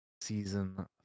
season